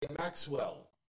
Maxwell